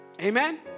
Amen